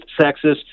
sexist